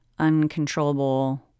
uncontrollable